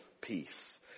peace